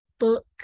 book